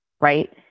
right